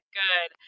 good